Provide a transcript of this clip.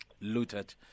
looted